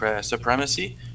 supremacy